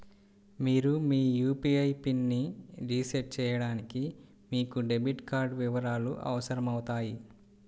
మీరు మీ యూ.పీ.ఐ పిన్ని రీసెట్ చేయడానికి మీకు డెబిట్ కార్డ్ వివరాలు అవసరమవుతాయి